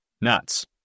Nuts